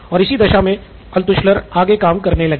और इसी दिशा मे अल्त्शुलर आगे काम करने लगे